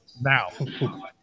now